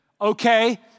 Okay